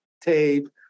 tape